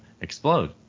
explode